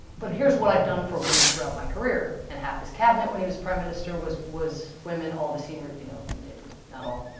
but here's what i've done for women throughout my career. and half his cabinet when he was prime minister was was women. all of his senior you know not all.